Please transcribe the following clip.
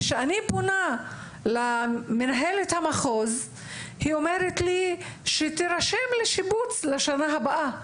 וכשאני פונה למנהלת המחוז היא אומרת לי: שתירשם לשיבוץ לשנה הבאה.